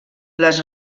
les